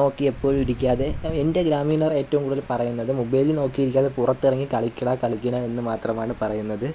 നോക്കി എപ്പോഴും ഇരിക്കാതെ എൻ്റെ ഗ്രാമീണർ ഏറ്റവും കൂടുതൽ പറയുന്നത് മൊബൈലിൽ നോക്കിയിരിക്കാതെ പുറത്തിറങ്ങി കളിക്കട കളിക്കട എന്നു മാത്രമാണ് പറയുന്നത്